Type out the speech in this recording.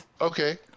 Okay